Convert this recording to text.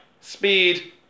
speed